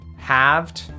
Halved